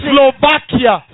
Slovakia